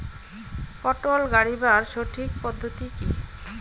পটল গারিবার সঠিক পদ্ধতি কি?